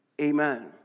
Amen